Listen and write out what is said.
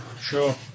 Sure